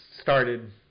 started